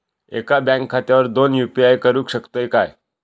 एका बँक खात्यावर दोन यू.पी.आय करुक शकतय काय?